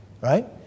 right